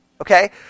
Okay